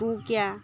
ফুটুকীয়া